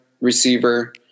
receiver